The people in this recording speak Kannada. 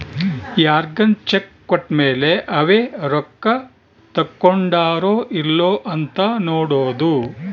ಯಾರ್ಗನ ಚೆಕ್ ಕೋಟ್ಮೇಲೇ ಅವೆ ರೊಕ್ಕ ತಕ್ಕೊಂಡಾರೊ ಇಲ್ಲೊ ಅಂತ ನೋಡೋದು